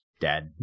dad